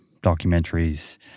documentaries